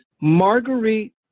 Marguerite